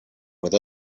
with